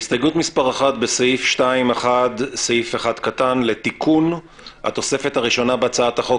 הסתייגות מס' 1: בסעיף 1(1)(2) לתיקון התוספת הראשונה בהצעת החוק,